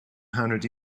hundred